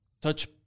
touch